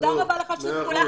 תודה רבה לך על שיתוף הפעולה,